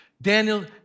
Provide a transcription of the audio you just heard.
Daniel